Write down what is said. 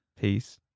peace